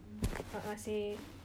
a'ah seh